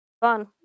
Fun